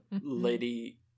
lady